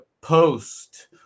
post